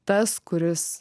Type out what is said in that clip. tas kuris